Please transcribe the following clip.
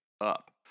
up